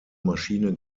maschine